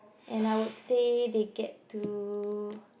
and I would say they get to